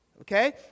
Okay